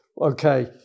Okay